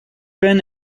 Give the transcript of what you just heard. been